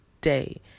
day